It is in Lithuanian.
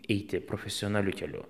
eiti profesionaliu keliu